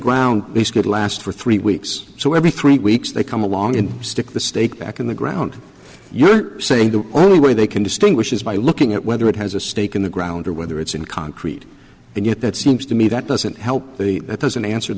ground these could last for three weeks so every three weeks they come along and stick the stake back in the ground you're saying the only way they can distinguish is by looking at whether it has a stake in the ground or whether it's in concrete and yet that seems to me that doesn't help that he doesn't answer